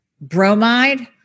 bromide